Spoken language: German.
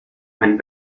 einem